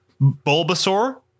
Bulbasaur